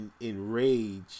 enrage